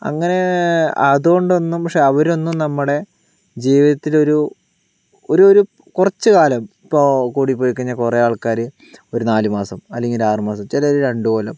അങ്ങനെ അതുകൊണ്ടൊന്നും പക്ഷേ അവരൊന്നും നമ്മുടെ ജീവിതത്തിലൊരു ഒരു ഒരു കുറച്ച് കാലം ഇപ്പോൾ കൂടിപ്പോയിക്കഴിഞ്ഞാൽ കുറേ ആൾക്കാര് ഒരു നാല് മാസം അല്ലെങ്കിൽ ഒരു ആറ് മാസം ചിലത് രണ്ട് കൊല്ലം